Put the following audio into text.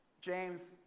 James